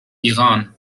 iran